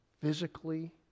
physically